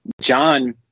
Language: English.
John